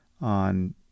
on